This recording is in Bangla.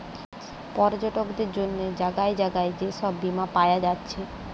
পর্যটকদের জন্যে জাগায় জাগায় যে সব বীমা পায়া যাচ্ছে